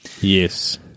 Yes